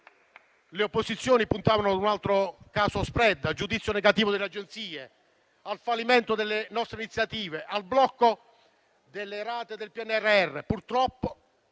Le opposizioni puntavano ad un altro caso *spread,* al giudizio negativo delle agenzie di *rating,* al fallimento delle nostre iniziative, al blocco delle rate del PNRR.